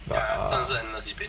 but uh